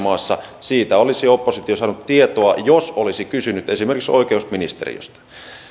maassa siitä olisi oppositio saanut tietoa jos olisi kysynyt esimerkiksi oikeusministeriöstä